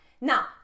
now